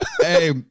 Hey